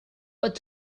what